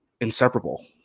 inseparable